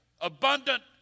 Abundant